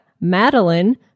Madeline